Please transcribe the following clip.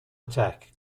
attack